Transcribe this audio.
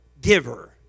giver